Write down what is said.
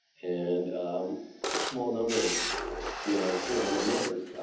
and a small number, you know, three or more members,